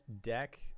deck